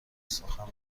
سخن